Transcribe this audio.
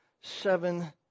seven